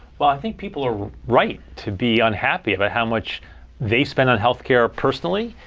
well, i think people are right to be unhappy about how much they spend on health care personally.